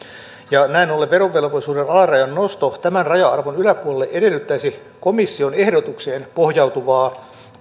ja näin ollen verovelvollisuuden alarajan nosto tämän raja arvon yläpuolelle edellyttäisi komission ehdotukseen pohjautuvaa